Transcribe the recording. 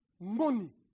Money